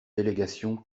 délégation